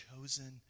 chosen